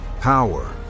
power